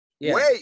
Wait